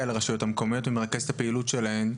על הרשויות המקומיות ומרכז את הפעילות שלהן.